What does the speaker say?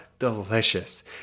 delicious